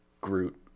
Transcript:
Groot